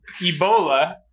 Ebola